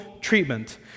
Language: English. treatment